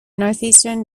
northeastern